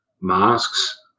masks